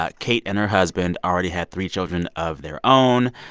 ah kate and her husband already had three children of their own,